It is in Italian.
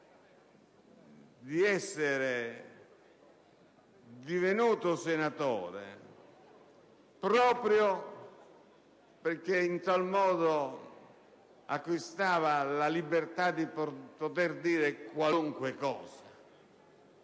di essere divenuto senatore proprio perché in tal modo avrebbe acquistato la libertà di dire qualunque cosa.